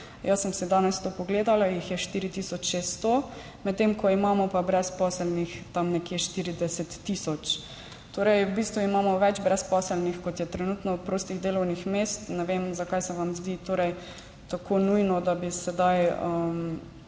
Jaz sem si danes to pogledala, jih je 4 tisoč 600, medtem ko imamo pa brezposelnih tam nekje 40 tisoč. V bistvu imamo torej več brezposelnih, kot je trenutno prostih delovnih mest. Ne vem, zakaj se vam zdi tako nujno, da bi sedaj